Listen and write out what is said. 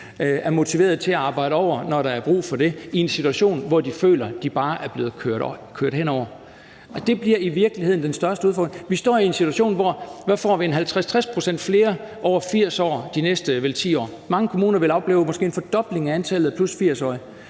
er motiverede til at arbejde over, når der er brug for det, i en situation, hvor de føler, de bare er blevet kørt henover. Det bliver i virkeligheden den største udfordring. Vi står i en situation, hvor vi får, er det 50-60 pct. flere over 80 år de næste ca. 10 år. Mange kommuner vil opleve måske en fordobling af antallet af 80+-årige,